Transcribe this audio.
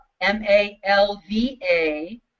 M-A-L-V-A